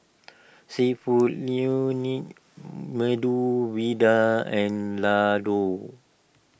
Seafood Medu Vada and Ladoo